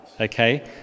okay